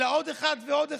אלא עוד אחד ועוד אחד.